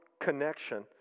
connection